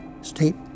state